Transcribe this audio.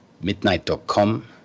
midnight.com